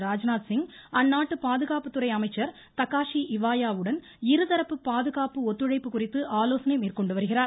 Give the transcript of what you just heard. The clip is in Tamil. ராஜ்நாத்சிங் அந்நாட்டு பாதுகாப்புத்துறை அமைச்சர் தக்காஷி இவாயா வுடன் இருதரப்பு பாதுகாப்பு ஒத்துழைப்பு குறித்து ஆலோசனை மேற்கொண்டு வருகிறார்